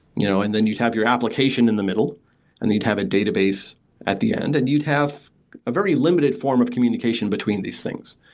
you know and then you'd have your application in the middle and you'd have a database at the end, and you'd have a very limited form of communication between these things.